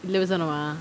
levi sonava